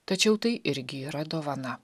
tačiau tai irgi yra dovana